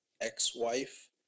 ex-wife